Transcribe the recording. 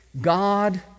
God